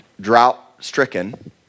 drought-stricken